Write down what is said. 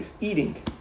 eating